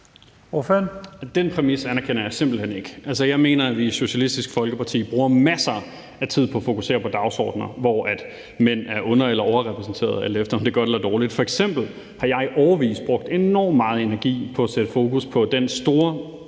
Den præmis anerkender jeg simpelt hen ikke. Jeg mener, at vi i Socialistisk Folkeparti bruger masser af tid på at fokusere på dagsordener, hvor mænd er under- eller overrepræsenterede, alt efter om det er godt eller dårligt. F.eks. har jeg i årevis brugt enormt meget energi på at sætte fokus på den store